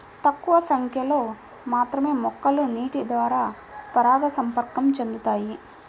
తక్కువ సంఖ్యలో మాత్రమే మొక్కలు నీటిద్వారా పరాగసంపర్కం చెందుతాయి